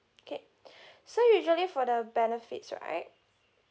okay so usually for the benefits right